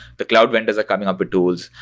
the cloud vendors are coming up with tools.